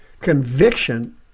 Conviction